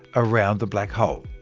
around the black hole.